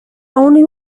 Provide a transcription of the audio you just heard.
only